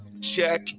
Check